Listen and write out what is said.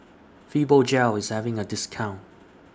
Fibogel IS having A discount